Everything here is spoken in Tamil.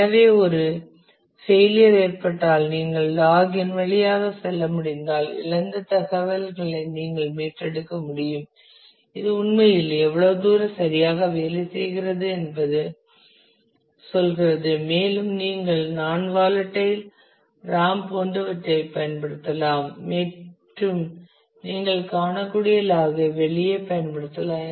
எனவே ஒரு ஃபெயிலியர் ஏற்பட்டால் நீங்கள் லாக் இன் வழியாகச் செல்ல முடிந்தால் இழந்த தகவல்களை நீங்கள் மீட்டெடுக்க முடியும் இது உண்மையில் எவ்வளவு தூரம் சரியாக வேலை பெய்கிறது என்பதை சொல்கிறது மேலும் நீங்கள் நாண் வாலடைல் ராம் போன்றவற்றைப் பயன்படுத்தலாம் மற்றும் நீங்கள் காணக்கூடிய லாக் ஐ வெளியே பயன்படுத்தலாம்